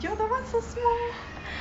your that [one] so small